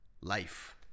life